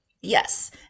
Yes